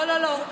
לא לא לא.